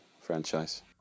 franchise